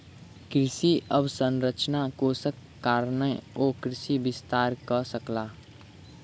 कृषि अवसंरचना कोषक कारणेँ ओ कृषि विस्तार कअ सकला